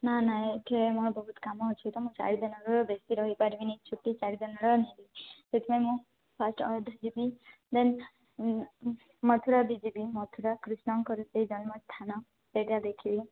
ନା ନା ଏଇଠି ମୋର ବହୁତ କାମ ଅଛି ତ ମୁଁ ଚାରିଦିନରୁ ବେଶୀ ରହି ପାରିବିନି ଛୁଟି ଚାରିଦିନର ନେବି ସେଥିପାଇଁ ମୁଁ ଫାର୍ଷ୍ଟ ଅୟୋଧ୍ୟା ଯିବି ଦେନ୍ ମଥୁରା ବି ଯିବି ମଥୁରା କୃଷ୍ଣଙ୍କର ସେଇଟା ଜନ୍ମ ସ୍ଥାନ ସେଇଟା ଦେଖିବି